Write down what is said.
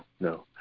no